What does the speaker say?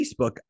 Facebook